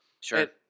Sure